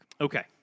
Okay